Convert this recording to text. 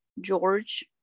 George